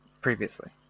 previously